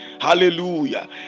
hallelujah